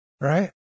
right